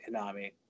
Konami